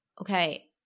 Okay